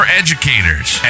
educators